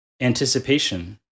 Anticipation